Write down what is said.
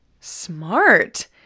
Smart